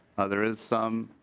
there is some